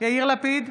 יאיר לפיד,